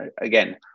Again